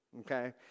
okay